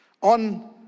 on